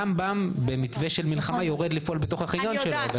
רמב"ם במתווה של מלחמה יורד לפעול בתוך החניון שלו.